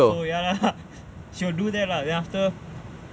so ya lah she'll do that lah then after